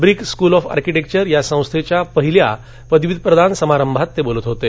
brick School of Architecture या संस्थेच्या पहिल्या पदवीप्रदान समारंभा ते बोलत होते